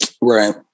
Right